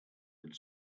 had